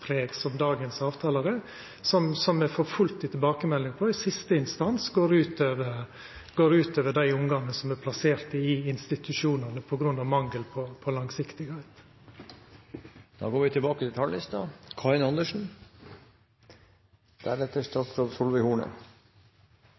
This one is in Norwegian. preg av rammeavtale som dagens avtalar har, og som me får fullt av tilbakemeldingar på at i siste instans går ut over dei ungane som er plasserte i institusjonane, på grunn av mangel på